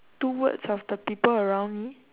two words of the people around me